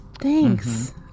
Thanks